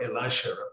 Elisha